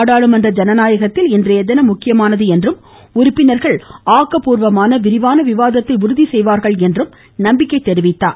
நாடாளுமன்ற ஜனநாயகத்தில் இன்றைய தினம் முக்கியமானது என்றும் உறுப்பினர்கள் ஆக்கப்பூர்வமான விரிவான விவாதத்தை உறுதி செய்வார்கள் என்றும் நம்பிக்கை தெரிவித்தார்